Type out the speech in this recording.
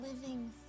living